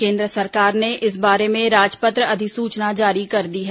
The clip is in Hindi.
केन्द्र सरकार ने इस बारे में राजपत्र अधिसूचना जारी कर दी है